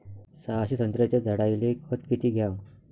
सहाशे संत्र्याच्या झाडायले खत किती घ्याव?